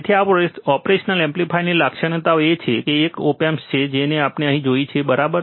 તેથી આ ઓપરેશનલ એમ્પ્લીફાયરની લાક્ષણિકતાઓ છે આ એક ઓપ એમ્પ છે જેમ આપણે અહીં જોઈએ છીએ બરાબર